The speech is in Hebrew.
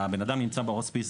הבן אדם נמצא בהוספיס,